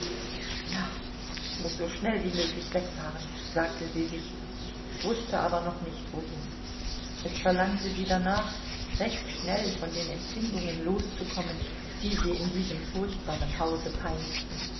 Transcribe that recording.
ja ich muß so schnell wie möglich wegfahren sagte sie sich wußte aber noch nicht wohin es verlangte sie danach recht schnell von den empfindungen loszukommen die sie in diesem furchtbaren hause peinigten